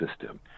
system